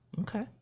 Okay